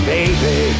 Baby